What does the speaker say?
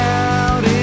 out